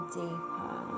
deeper